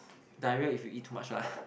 diarrhea if you eat too much lah